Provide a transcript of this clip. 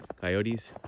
coyotes